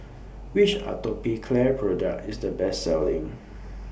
Which Atopiclair Product IS The Best Selling